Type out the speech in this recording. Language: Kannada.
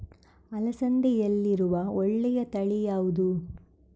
ಅಲಸಂದೆಯಲ್ಲಿರುವ ಒಳ್ಳೆಯ ತಳಿ ಯಾವ್ದು?